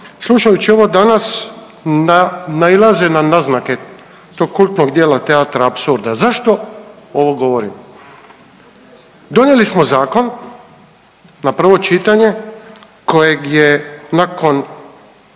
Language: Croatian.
slušajući ovo danas nailaze na naznake tog kultnog djela teatra apsurda. Zašto ovo govorim? Donijeli smo zakon na prvo čitanje kojeg je nakon